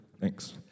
thanks